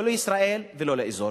לא לישראל ולא לאזור.